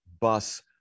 bus